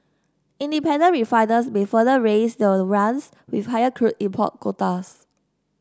independent refiners may further raise their runs with higher crude import quotas